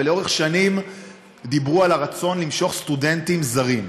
ולאורך שנים דיברו על הרצון למשוך סטודנטים זרים.